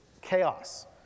chaos